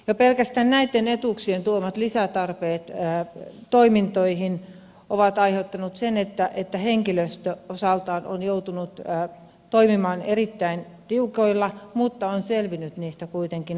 jo pelkästään näitten etuuksien tuomat lisätarpeet toimintoihin ovat aiheuttaneet sen että henkilöstö osaltaan on joutunut toimimaan erittäin tiukoilla mutta on selvinnyt niistä kuitenkin ansiokkaasti